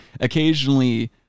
occasionally